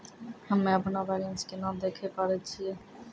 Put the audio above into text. हम्मे अपनो बैलेंस केना देखे पारे छियै?